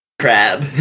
Crab